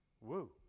Woo